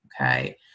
okay